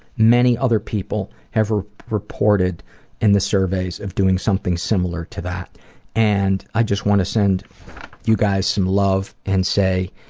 many other people have reported in the surveys of doing something similar to that and i just want to send you guys some love and say